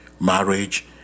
Marriage